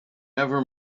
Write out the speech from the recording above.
never